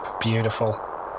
Beautiful